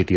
T